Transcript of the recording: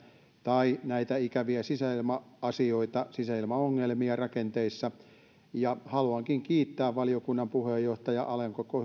tai näitä ikäviä sisäilma asioita sisäilmaongelmia rakenteissa haluankin kiittää valiokunnan puheenjohtajaa alanko